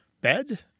bed